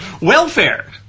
Welfare